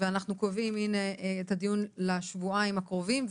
ואנחנו קובעים את הדיון לשבועיים הקרובים.